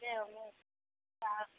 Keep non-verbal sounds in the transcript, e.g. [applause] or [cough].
[unintelligible]